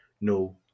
no